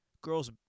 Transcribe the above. girls